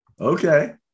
Okay